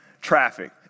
traffic